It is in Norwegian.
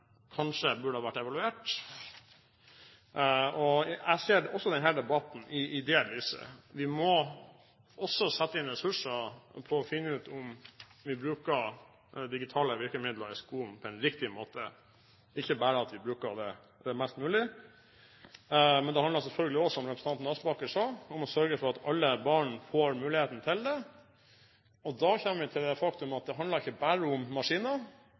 kanskje burde ha vært evaluert. Jeg ser også denne debatten i det lyset. Vi må også sette inn ressurser for å finne ut om vi bruker digitale virkemidler i skolen på en riktig måte, ikke bare at vi bruker det mest mulig. Men det handler selvfølgelig også, som representanten Aspaker sa, om å sørge for at alle barn får muligheten til det. Da kommer vi til det faktum at det handler ikke